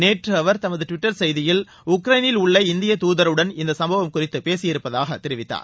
நேற்று அவர் தமது டிவிட்டர் செய்தியில் உக்ரைனில் உள்ள இந்திய துதருடன் இந்த சம்பவம் குறித்து பேசியிருப்பதாக அவர் தெரிவித்தார்